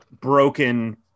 broken